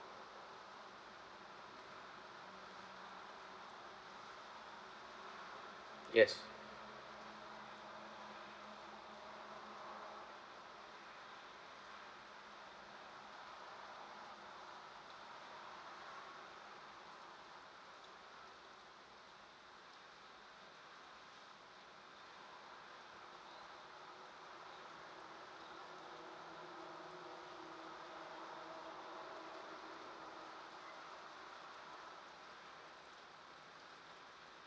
yes